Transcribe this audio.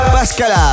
Pascal